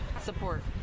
support